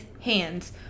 hands